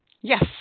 Yes